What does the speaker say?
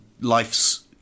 life's